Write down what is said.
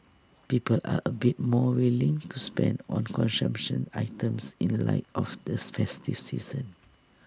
people are A bit more willing to spend on consumption items in light of this festive season